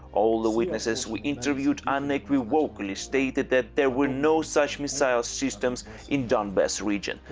all the witnesses we interviewed unequivocally stated that there were no such missile systems in donbass region.